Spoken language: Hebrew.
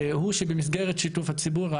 הוא שבמסגרת שיתוף הציבור,